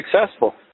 successful